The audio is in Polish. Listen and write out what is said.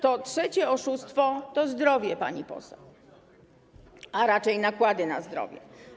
To trzecie oszustwo to zdrowie, pani poseł, a raczej nakłady na zdrowie.